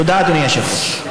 תודה, אדוני היושב-ראש.